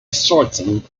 certain